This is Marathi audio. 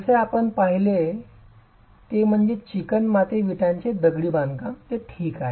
जसे आपण आधी पाहिले ते म्हणजे चिकणमाती विटांचे दगडी बांधकाम ठीक आहे